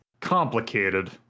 complicated